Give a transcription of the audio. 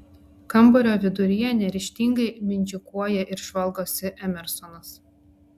kambario viduryje neryžtingai mindžikuoja ir žvalgosi emersonas